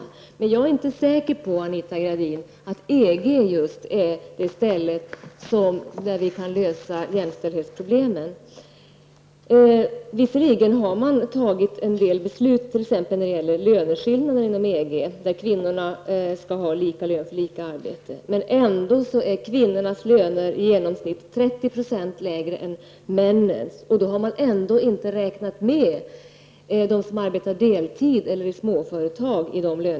Däremot är jag inte säker på, Anita Gradin, att just EG är det ställe där vi kan lösa jämställdhetsproblemen. Man har visserligen fattat en del beslut inom EG, t.ex. när det gäller löneskillnaderna. Kvinnor skall ha lika lön för lika arbete. Kvinnorna har ändå i genomsnitt 30 % lägre löner än männen. I lönestudierna har man dessutom inte räknat med dem som arbetar deltid eller inom småföretag.